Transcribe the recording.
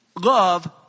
love